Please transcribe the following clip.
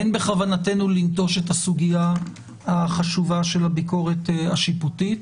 אין בכוונתנו לנטוש את הסוגיה החשובה של הביקורת השיפוטית,